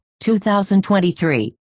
2023